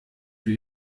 für